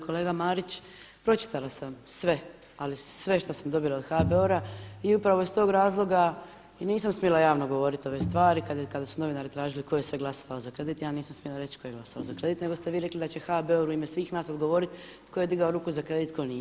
Kolega Marić, pročitala sam sve, ali sve što sam dobila od HBOR-a i upravo iz tog razloga i nisam smjela javno govoriti ove stvar, kada su novinari tražili tko je sve glasao za kredit, ja nisam smjela reći tko je glasao za kredit, nego ste vi rekli da će HBOR u ime svih nas odgovoriti tko je digao ruku za kredit a tko nije.